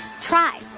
Try